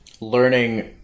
learning